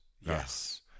Yes